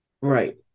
Right